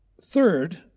Third